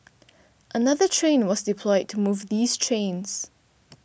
another train was deployed to move these trains